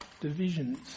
divisions